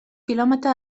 quilòmetre